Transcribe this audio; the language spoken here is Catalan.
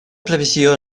previsió